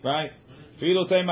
Right